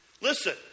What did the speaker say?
listen